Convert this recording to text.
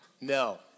no